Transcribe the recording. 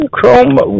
Chrome